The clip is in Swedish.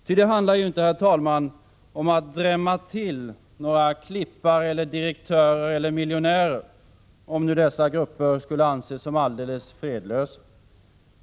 Ty det handlar ju inte om att drämma till några klippare eller direktörer eller miljonärer — om nu dessa grupper skulle anses som alldeles fredlösa.